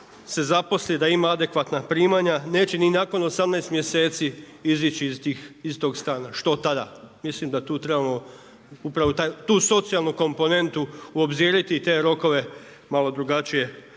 on zaposli da ima adekvatna primanja neće ni nakon 18 mjeseci izići iz tog stana. Što tada? Mislim da tu trebamo upravu tu socijalnu komponentu uobzirati i te rokove malo drugačije